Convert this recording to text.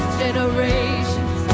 generations